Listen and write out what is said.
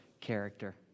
character